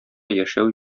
яшәү